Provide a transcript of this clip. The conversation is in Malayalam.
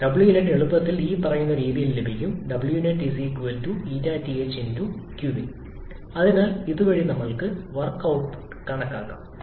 നെറ്റ് വർക്ക് ഔട്ട്പുട്ട് wnet എളുപ്പത്തിൽ ഇനിപ്പറയുന്ന രീതിയിൽ ലഭിക്കും 𝑤𝑛𝑒𝑡 𝜂𝑡ℎ 𝑞𝑖𝑛 അതിനാൽ ഇതുവഴി നമുക്ക് വർക്ക് ഔട്ട്പുട്ട് കണക്കാക്കാം